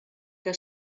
que